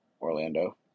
Orlando